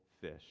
fish